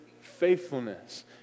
faithfulness